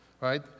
right